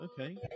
okay